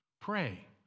pray